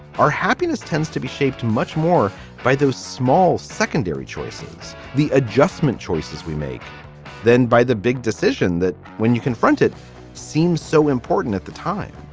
our happiness tends to be shaped much more by those small secondary choices. the adjustment choices we make then by the big decision that when you confront it seems so important at the time.